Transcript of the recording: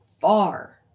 far